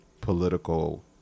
political